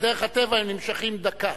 מדרך הטבע הם נמשכים דקה.